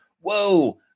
Whoa